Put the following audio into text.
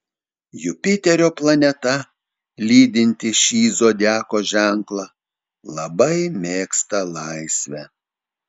jupiterio planeta lydinti šį zodiako ženklą labai mėgsta laisvę